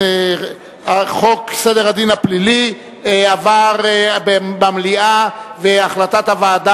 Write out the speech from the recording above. בדבר חלוקת הצעת חוק סדר הדין הפלילי (חלוקת הטיפול בחומר